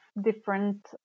different